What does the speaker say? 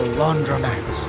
laundromat